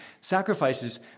sacrifices